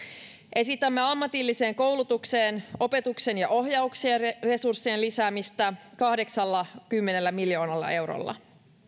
esitämme ammatilliseen koulutukseen opetuksen ja ohjauksen resurssien lisäämistä kahdeksallakymmenellä miljoonalla eurolla